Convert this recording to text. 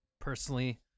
Personally